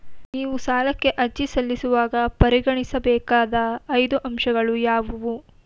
ನೀವು ಸಾಲಕ್ಕೆ ಅರ್ಜಿ ಸಲ್ಲಿಸುವಾಗ ಪರಿಗಣಿಸಬೇಕಾದ ಐದು ಅಂಶಗಳು ಯಾವುವು?